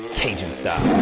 cajun style!